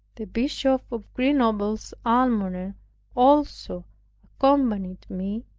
the bishop of grenoble's almoner also accompanied me,